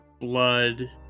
blood